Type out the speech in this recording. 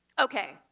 ok!